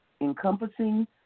encompassing